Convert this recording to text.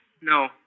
No